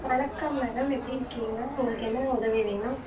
வணக்கம் மேடம் எப்படி இருக்கீங்க உங்களுக்கு என்ன உதவி வேணும்